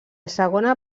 segona